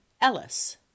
Ellis